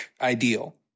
ideal